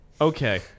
Okay